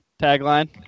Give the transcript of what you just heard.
tagline